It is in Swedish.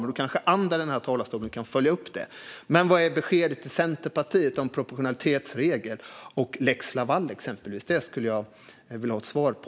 Men då kanske andra kan följa upp det i talarstolen. Vad är beskedet till Centerpartiet om exempelvis proportionalitetsregel och lex Laval? Det skulle jag vilja ha ett svar på.